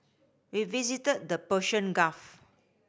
we visited the Persian Gulf